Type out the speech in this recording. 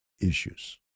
issues